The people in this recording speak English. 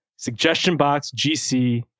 Suggestionboxgc